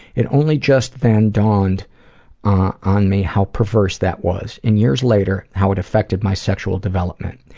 it only just then dawned on me how perverse that was, and years later, how it affected my sexual development.